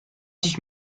sich